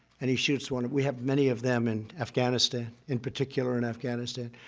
and he shoots one we have many of them in afghanistan in particular, in afghanistan.